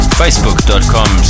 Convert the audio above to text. facebook.com